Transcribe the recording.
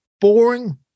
boring